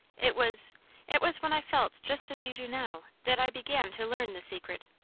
it was it was when i felt just as you do now, that i began to learn the secret.